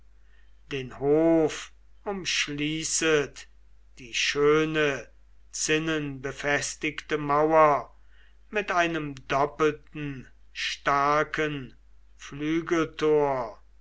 den hof umschließet die schöne zinnenbefestigte mauer mit einem doppelten starken